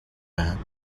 байна